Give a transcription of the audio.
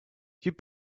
you